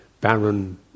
barren